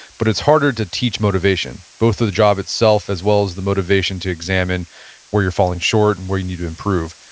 but it's harder to teach motivation, both of the job itself, as well as the motivation to examine where you're falling short and where you need improve.